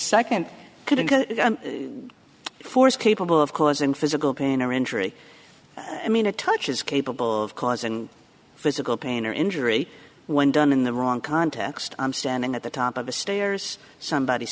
couldn't force capable of causing physical pain or injury i mean a touch is capable of cause and physical pain or injury when done in the wrong context i'm standing at the top of the stairs somebody